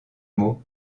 mot